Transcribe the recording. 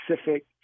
Specific